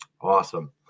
Awesome